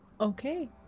Okay